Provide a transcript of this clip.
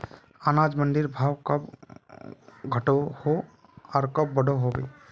अनाज मंडीर भाव कब घटोहो आर कब बढ़ो होबे?